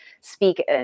speak